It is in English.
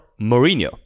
Mourinho